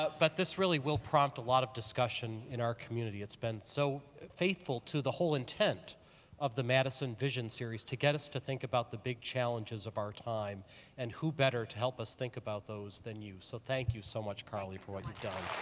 but but this really will prompt a lot of discussion in our community. it's been so faithful to the whole intent of the madison vision series to get us to think about the big challenges of our time and who better to help us to think about those than you, so thank you so much, carly, for what you've done.